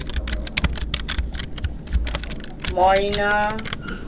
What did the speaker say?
ময়না